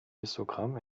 histogramm